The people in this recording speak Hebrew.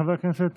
חבר הכנסת